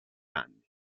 anni